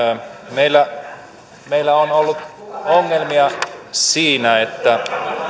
meillä meillä on ollut ongelmia siinä että